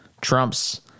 Trump's